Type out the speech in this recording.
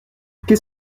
qu’est